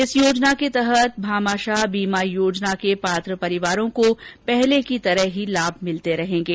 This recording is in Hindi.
इस योजना के तहत भामाशाह बीमा योजना के पात्र परिवारों को पहले की तरह ही लाभ मिलते रहेंगे